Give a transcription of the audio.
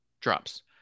drops